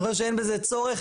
אני חושב שאין בזה צורך,